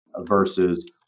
versus